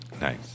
nice